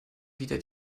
wieder